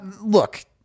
Look